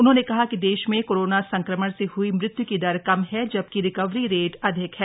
उन्होंने कहा कि देश में कोरोना संक्रमण से हई मृत्य् की दर कम है जबकि रिकवरी रेट अधिक है